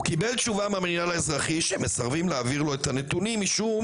הוא קיבל תשובה מהמנהל האזרחי שמסרבים להעביר לו את הנתונים משום